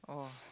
oh